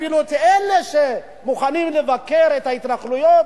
אפילו את אלה שמוכנים לבקר את ההתנחלויות,